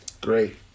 Great